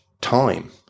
time